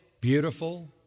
beautiful